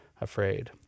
afraid